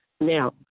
Now